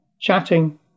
chatting